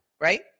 right